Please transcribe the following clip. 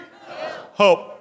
Hope